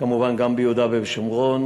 כמובן גם ביהודה ושומרון.